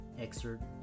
excerpt